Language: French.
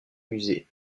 musée